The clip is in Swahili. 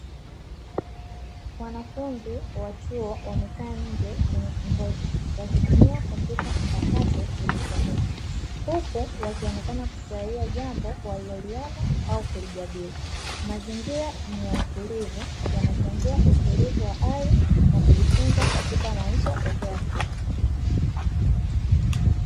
Wanafunzi wa chuo wamekaa nje kwenye kibweta wakitumia kompyuta mpakato kujisomea, huku wakionekana kufurahia jambo waliloliona au kulijadili, mazingira ni ya utulivu yanachangia utulivu wa hali na kujifunza katika maisha ya kila siku.